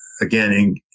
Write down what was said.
again